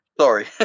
Sorry